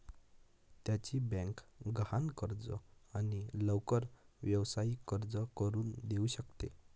त्याची बँक गहाण कर्ज आणि लवकर व्यावसायिक कर्ज करून देऊ शकते